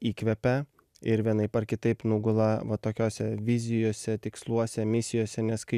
įkvepia ir vienaip ar kitaip nugula va tokiose vizijose tiksluose misijose nes kai